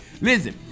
listen